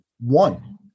One